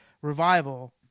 Revival